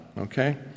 Okay